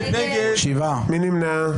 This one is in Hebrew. מי נמנע?